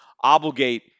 obligate